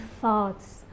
thoughts